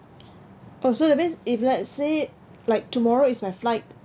oh so that means if let's say like tomorrow is my flight